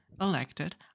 elected